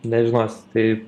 nežinosi tai